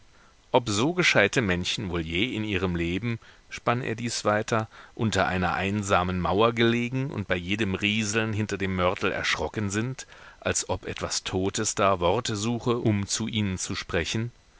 ob so gescheite männchen wohl je in ihrem leben spann er dies weiter unter einer einsamen mauer gelegen und bei jedem rieseln hinter dem mörtel erschrocken sind als ob etwas totes da worte suche um zu ihnen zu sprechen